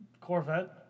Corvette